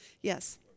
Yes